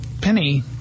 penny